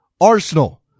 Arsenal